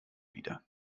wieder